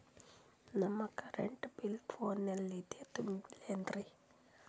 ನಮ್ current bill ಫೋನ ಲಿಂದೇ ತುಂಬೌದ್ರಾ?